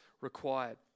required